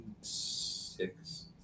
Six